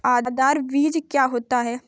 आधार बीज क्या होता है?